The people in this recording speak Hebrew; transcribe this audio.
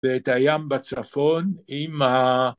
‫ואת הים בצפון עם ה...